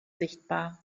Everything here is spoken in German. sichtbar